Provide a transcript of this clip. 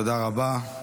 תודה רבה.